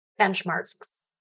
benchmarks